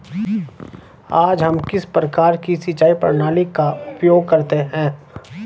आज हम किस प्रकार की सिंचाई प्रणाली का उपयोग करते हैं?